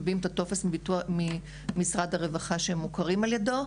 מביאים את הטופס ממשרד הרווחה שהן מוכרות על ידו,